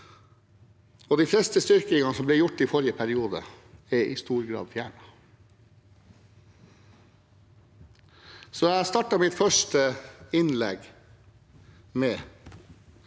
De fleste styrkingene som ble gjort i forrige periode, er i stor grad fjernet. Jeg startet mitt første innlegg med: